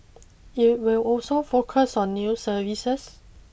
it will also focus on new services